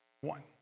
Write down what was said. One